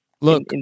look